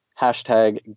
hashtag